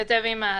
כידוע,